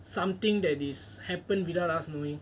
something that is happened without us knowing